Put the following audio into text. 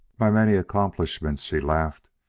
my many accomplishments, she laughed,